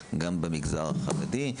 רפואה שנותנים במגזר החרדי.